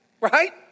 Right